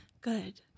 Good